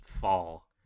fall